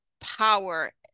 power